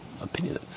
opinion